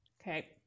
Okay